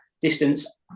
distance